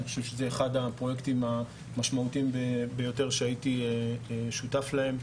אני חושב שזהו אחד הפרויקטים המשמעותיים ביותר שהייתי שותף להם,